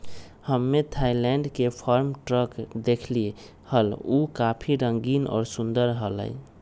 हम्मे थायलैंड के farm truck देखली हल, ऊ काफी रंगीन और सुंदर हलय